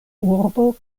urbo